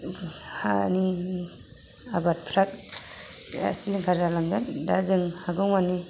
हानि आबादफ्रा बिरात सिलिंखार जालांगोन दा जों हागौमानि